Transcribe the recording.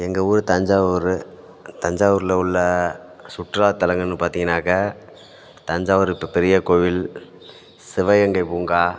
எங்கள் ஊர் தஞ்சாவூர் தஞ்சாவூரில் உள்ள சுற்றுலாத்தலங்கள்னு பார்த்தீங்கன்னாக்கா தஞ்சாவூர் இப்போ பெரிய கோவில் சிவகங்கை பூங்கா